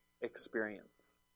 experience